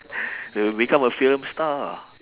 you'll become a film star